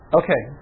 okay